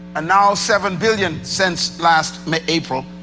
ah now seven billion since last mid-april,